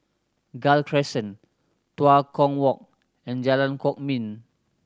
Gul Crescent Tua Kong Walk and Jalan Kwok Min